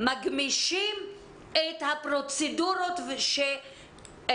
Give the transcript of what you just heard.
שמגמישים את הפרוצדורות שקיימות